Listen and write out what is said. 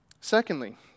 Secondly